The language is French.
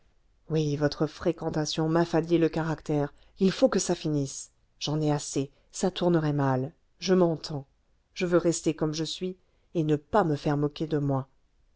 oui votre fréquentation m'affadit le caractère il faut que ça finisse j'en ai assez ça tournerait mal je m'entends je veux rester comme je suis et ne pas me faire moquer de moi